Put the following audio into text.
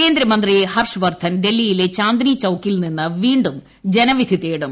കേന്ദ്രമന്ത്രി ഹർഷ്വർദ്ധൻ ഡൽഹിയിലെ പ്രിന്ദ്നിചൌക്കിൽ നിന്ന് വീണ്ടും ജനവിധി തേടും